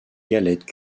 galettes